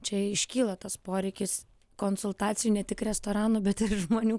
čia iškyla tas poreikis konsultacijų ne tik restoranų bet ir žmonių